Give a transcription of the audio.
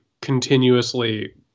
continuously